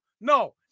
No